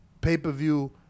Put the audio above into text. pay-per-view